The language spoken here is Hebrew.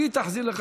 והיא תחזיר לך,